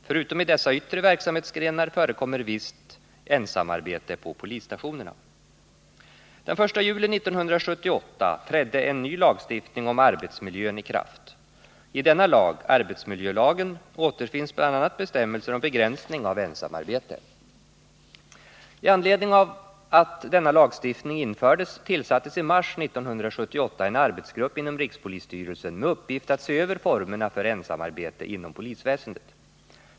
Förutom i dessa yttre verksamhetsgrenar förekommer visst ensamarbete på polisstationerna. Med anledning av att denna lagstiftning infördes tillsattes i mars 1978 en arbetsgrupp inom rikspolisstyrelsen med uppgift att se över formerna för ensamarbete inom polisväsendet.